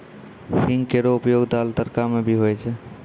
हींग केरो उपयोग दाल, तड़का म भी होय छै